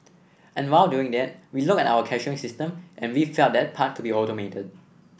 and while doing that we looked at our cashiering system and we felt that part could be automated